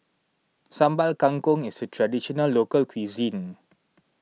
Sambal Kangkong is a Traditional Local Cuisine